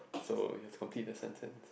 so you have to complete the sentence